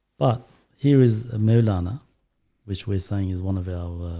but here is a madonna which we're saying is one of our